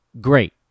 Great